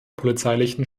polizeilichen